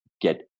get